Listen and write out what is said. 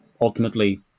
ultimately